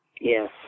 Yes